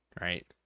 right